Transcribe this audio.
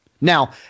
Now